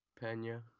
Pena